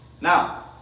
Now